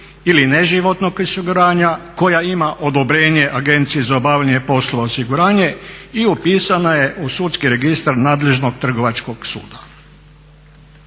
ili neživotnog osiguranja, koja ima odobrenje agencije za obavljanje poslova osiguranja i upisana je u sudski registar nadležnog trgovačkog suda.